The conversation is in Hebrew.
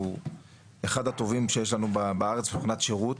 אחד הטובים שיש לנו בארץ מבחינת שירות,